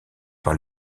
par